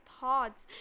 thoughts